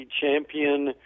champion –